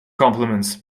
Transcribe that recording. compliments